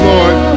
Lord